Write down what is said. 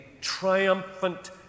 triumphant